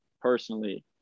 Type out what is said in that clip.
personally